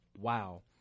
Wow